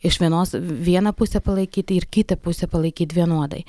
iš vienos vieną pusę palaikyti ir kitą pusę palaikyt vienodai